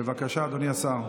בבקשה, אדוני השר.